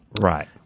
Right